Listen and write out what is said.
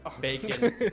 Bacon